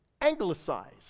anglicized